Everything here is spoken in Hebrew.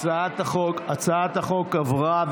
הצעת החוק עברה,